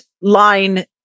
line